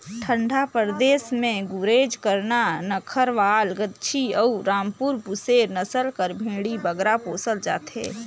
ठंडा परदेस में गुरेज, करना, नक्खरवाल, गद्दी अउ रामपुर बुसेर नसल कर भेंड़ी बगरा पोसल जाथे